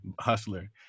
hustler